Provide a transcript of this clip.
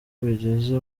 bigeze